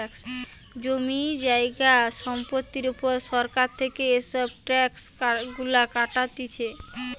জমি জায়গা সম্পত্তির উপর সরকার থেকে এসব ট্যাক্স গুলা কাটতিছে